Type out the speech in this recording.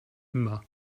immer